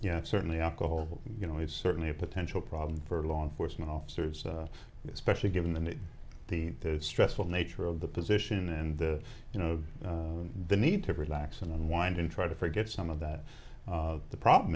know certainly alcohol you know it's certainly a potential problem for law enforcement officers especially given the the stressful nature of the position and the you know the need to relax and unwind and try to forget some of that the problem